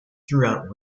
throughout